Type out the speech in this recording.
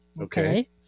Okay